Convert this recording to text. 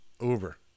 uber